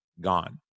gone